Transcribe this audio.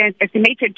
estimated